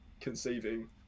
conceiving